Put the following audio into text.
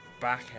back